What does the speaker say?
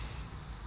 like